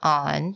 on